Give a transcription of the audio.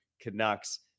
Canucks